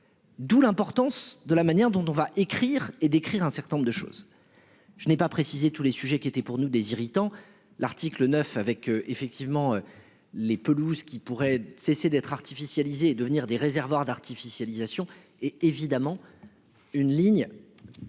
D'où l'importance de la manière dont dont va écrire et décrire un certain nombre de choses. Je n'ai pas précisé, tous les sujets qui étaient pour nous des irritants. L'article 9 avec effectivement les pelouses qui pourrait cesser d'être artificialiser et devenir des réservoirs d'artificialisation est évidemment. Une ligne.